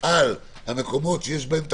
על המקומות שיש בהם החולים,